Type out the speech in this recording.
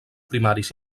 primaris